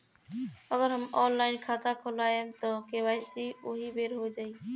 अगर हम ऑनलाइन खाता खोलबायेम त के.वाइ.सी ओहि बेर हो जाई